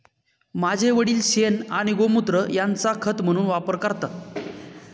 माझे वडील शेण आणि गोमुत्र यांचा खत म्हणून वापर करतात